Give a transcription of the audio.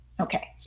Okay